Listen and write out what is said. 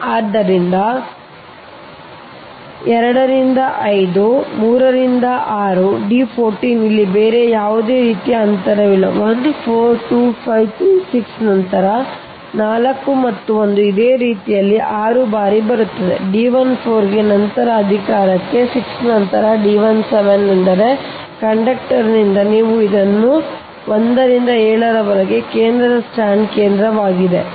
ಮುಂದೆ D 14 ಅಂದರೆ ಇಲ್ಲಿಂದ ಇಲ್ಲಿಗೆ ಇದೇ ರೀತಿ 2 ರಿಂದ 5 ಇದೇ ರೀತಿ ನಿಮ್ಮ 3 ರಿಂದ 6 ಈ ರೀತಿ ಒಮ್ಮೆ ಮಾತ್ರ ಬರುತ್ತದೆ D 14 ಇಲ್ಲಿ ಬೇರೆ ಯಾವುದೇ ರೀತಿಯ ಅಂತರವಿಲ್ಲ 1 4 2 5 3 6 ನಂತರ ನಿಮ್ಮ 4 1 ಈ ರೀತಿಯಲ್ಲಿ ಇದು 6 ಬಾರಿ ಬರುತ್ತಿದೆ ಅದಕ್ಕಾಗಿಯೇ D 14 ಗೆ ನಂತರ ಅಧಿಕಾರಕ್ಕೆ 6 ನಂತರ D 17 D17 ಎಂದರೆ ಈ ಕಂಡಕ್ಟರ್ನಿಂದ ನೀವು ಇದನ್ನು ನಿಮ್ಮ 1 ರಿಂದ 7 ರವರೆಗೆ ಕೇಂದ್ರ ಸ್ಟ್ರಾಂಡ್ನ ಕೇಂದ್ರವಾಗಿದೆ